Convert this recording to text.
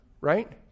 right